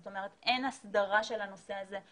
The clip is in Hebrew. זאת אומרת אין הסדרה של הנושא הזה,